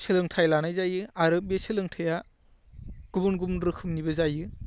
सोलोंथाइ लानाय जायो आरो बे सोलोंथाइआ गुबुन गुबुन रोखोमनिबो जायो